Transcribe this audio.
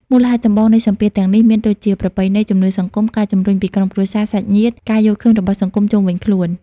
មូលហេតុចម្បងនៃសម្ពាធទាំងនេះមានដូចជា ប្រពៃណី ជំនឿសង្គម ការជំរុញពីក្រុមគ្រួសារ សាច់ញាតិ ការយល់ឃើញរបស់សង្គមជុំវិញខ្លួន ។